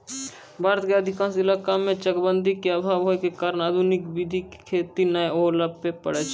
भारत के अधिकांश इलाका मॅ चकबंदी के अभाव होय के कारण आधुनिक विधी सॅ खेती नाय होय ल पारै छै